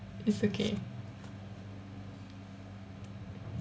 it's okay